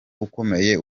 ukomeye